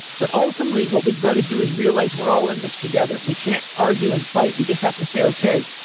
but ultimately, what we've got to do is realize we're all in this together. we can't argue and fight. we just have to say, okay,